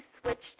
switched